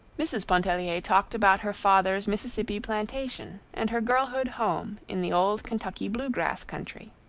mrs. pontellier talked about her father's mississippi plantation and her girlhood home in the old kentucky bluegrass country.